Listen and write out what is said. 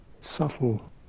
subtle